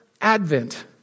Advent